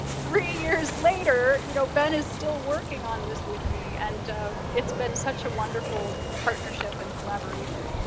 three years later, you know ben is still working on this with me, and it's been such a wonderful partnership and collaboration.